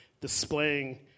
displaying